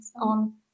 on